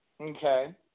Okay